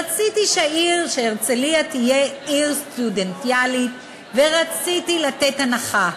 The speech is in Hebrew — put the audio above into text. רציתי שהרצליה תהיה עיר סטודנטיאלית ורציתי לתת הנחה,